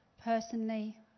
personally